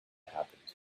happened